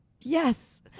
Yes